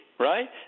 Right